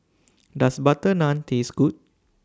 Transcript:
Does Butter Naan Taste Good